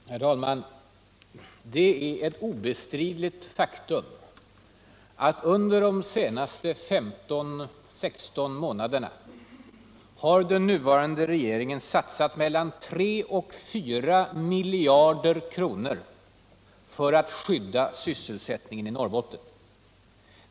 Herr talman! Det är ett obestridligt faktum att den nuvarande regeringen under de senaste 15 månaderna har satsat mellan 3 och 4 miljarder kronor för att skydda sysselsättningen i Norrbotten.